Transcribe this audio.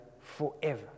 forever